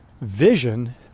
vision